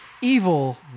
evil